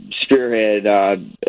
spearhead